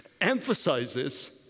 emphasizes